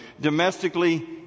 Domestically